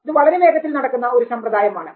ഇത് വളരെ വേഗത്തിൽ നടക്കുന്ന ഒരു സമ്പ്രദായമാണ്